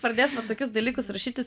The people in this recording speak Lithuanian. pradės va tokius dalykus rašytis